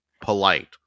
polite